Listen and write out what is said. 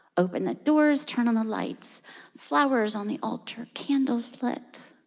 open the doors. turn on the lights flowers on the altar, candles lit